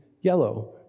yellow